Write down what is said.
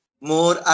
more